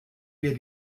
wir